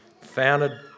founded